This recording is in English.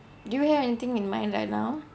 do you have anything in mind right now